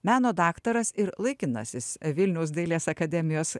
meno daktaras ir laikinasis vilniaus dailės akademijos